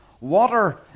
Water